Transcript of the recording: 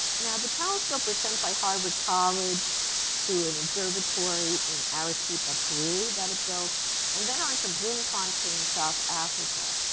now the telescope was sent by harvard college to an observatory in arequipa, peru, that it built and then on to bloemfontein, south africa,